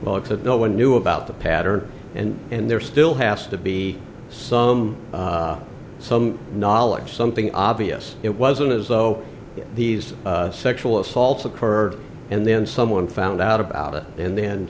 pair of no one knew about the pattern and and there still has to be some some knowledge something obvious it wasn't as though these sexual assaults occurred and then someone found out about it and then